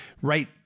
right